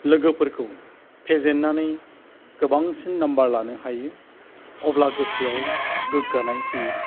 लोगोफोरखौ फेजेनानै गोबांसिन नाम्बार लानो हायो अब्ला गोसोआव गोग्गानाय फैयो